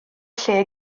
lle